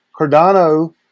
Cardano